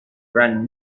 ran